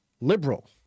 liberal